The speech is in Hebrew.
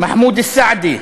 מחמוד אלסעדי,